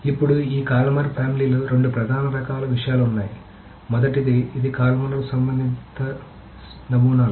ఇప్పుడు ఈ కాలుమనార్ ఫ్యామిలీలలో రెండు ప్రధాన రకాల విషయాలు ఉన్నాయి కాబట్టి మొదటిది ఇది కాలుమనార్ సంబంధ నమూనాలు